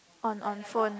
on on phone